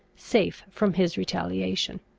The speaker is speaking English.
safe from his retaliation.